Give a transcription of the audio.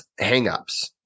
hangups